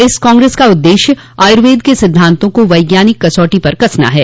इस कांग्रेस का उद्देश्य आयुर्वेद के सिद्धांतों को वैज्ञानिक कसौटी पर कसना है